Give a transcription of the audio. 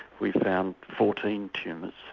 we found fourteen tumours,